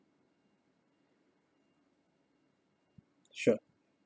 sure